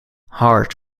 hart